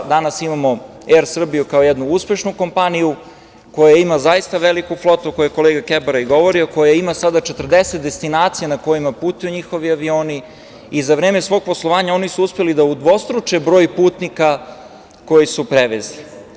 Danas imamo „Er Srbiju“ kao jednu uspešnu kompaniju, koja ima zaista veliku flotu, o kojoj je kolega Kebara i govorio, koja ima sada 40 destinacija na kojima putuju njihovi avioni i za vreme svog poslovanja oni su uspeli da udvostruče broj putnika koje su prevezli.